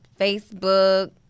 Facebook